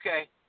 okay